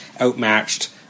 outmatched